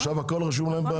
עכשיו הכל רשום להם.